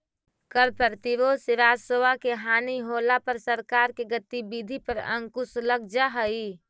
कर प्रतिरोध से राजस्व के हानि होला पर सरकार के गतिविधि पर अंकुश लग जा हई